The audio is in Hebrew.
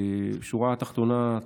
בשורה התחתונה,